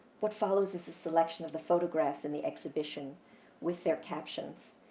what follows is a selection of the photographs in the exhibition with their captions,